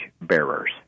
bearers